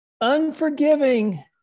unforgiving